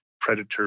predator